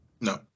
no